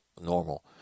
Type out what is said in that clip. normal